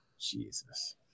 Jesus